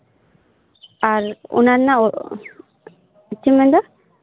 ᱟᱨ ᱚᱱᱟ ᱨᱮᱱᱟᱜ ᱪᱮᱫᱮᱢ ᱢᱮᱱ ᱫᱟ